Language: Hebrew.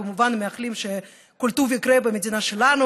וכמובן מאחלים שרק טוב יקרה במדינה שלנו